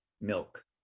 milk